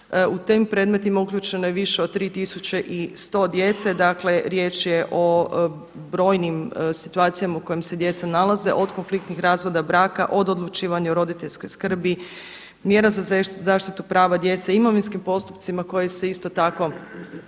U tim predmetima uključeno je više od 3100 djece, dakle riječ je o brojnim situacijama u kojima se djeca nalaze od konfliktnih razvoda braka, od odlučivanja o roditeljskoj skrbi, mjera za zaštitu prava djece. Imovinskim postupcima koji se isto tako